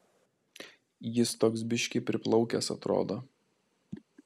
jis toks biškį priplaukęs atrodo